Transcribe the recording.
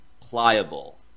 pliable